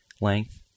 length